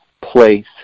place